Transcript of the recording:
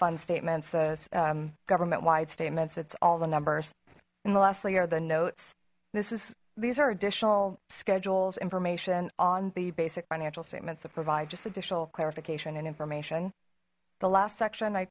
fund statement says government wide statements it's all the numbers and lastly are the notes this is these are additional schedules information on the basic financial statements that provide just additional clarification and information the last section i